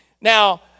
Now